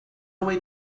way